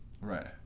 Right